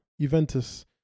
Juventus